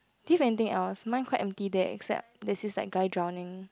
do you have antying else mine quite empty there except there is this like guy drowning